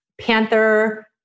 panther